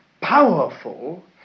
powerful